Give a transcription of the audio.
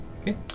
Okay